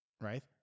right